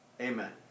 Amen